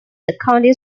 accounting